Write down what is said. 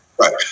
right